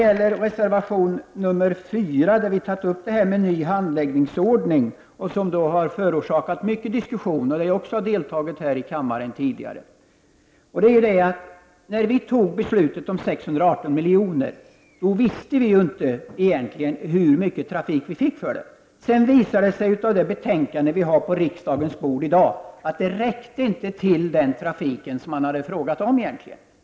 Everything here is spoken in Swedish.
I reservation nr 4 har vi tagit upp en ny handläggningsordning. Det har förorsakat mycket diskussion, som jag också har deltagit i här i kammaren tidigare. När vi fattade beslutet om 618 milj.kr. visste vi egentligen inte hur mycket trafik vi skulle få för det. Sedan visade det sig av det betänkande som nu ligger på riksdagens bord att det inte räckte till den trafik som man hade tänkt sig.